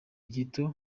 gito